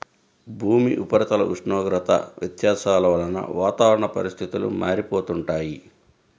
భూమి ఉపరితల ఉష్ణోగ్రత వ్యత్యాసాల వలన వాతావరణ పరిస్థితులు మారిపోతుంటాయి